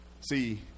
See